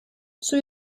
zur